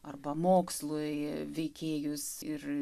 arba mokslui veikėjus ir